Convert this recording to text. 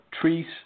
treat